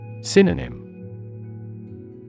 Synonym